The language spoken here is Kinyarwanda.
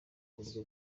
buryo